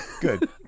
Good